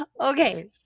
Okay